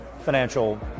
financial